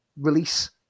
release